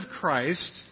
Christ